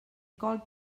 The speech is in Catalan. colp